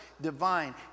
divine